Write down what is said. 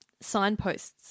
signposts